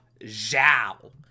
Zhao